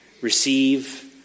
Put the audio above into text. receive